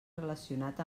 relacionat